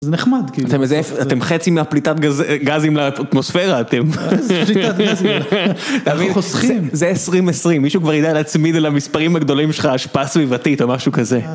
זה נחמד כאילו. אתם איזה, אתם חצי מהפליטת גזים לאטמוספירה אתם? איזה פליטת גזים, אנחנו אנחנו חוסכים. זה עשרים עשרים, מישהו כבר ידע להצמיד למספרים הגדולים שלך, השפעה סביבתית או משהו כזה.